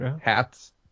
hats